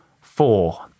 four